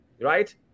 right